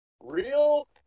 Real